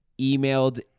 emailed